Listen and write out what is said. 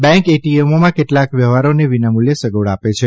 bank એટીએમોમાં કેટલાક વ્યવહારોને વિના મૂલ્યે સગવડ આપે છે